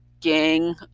gang